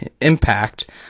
impact